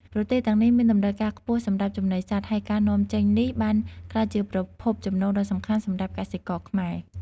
ប្រទេសទាំងនេះមានតម្រូវការខ្ពស់សម្រាប់ចំណីសត្វ ហើយការនាំចេញនេះបានក្លាយជាប្រភពចំណូលដ៏សំខាន់សម្រាប់កសិករខ្មែរ។